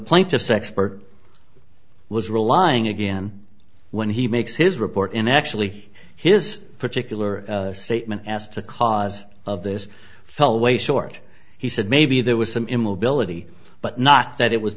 plaintiffs expert was relying again when he makes his report in actually his particular statement as to cause of this fell way short he said maybe there was some immobility but not that it was